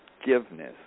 forgiveness